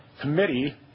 Committee